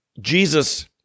Jesus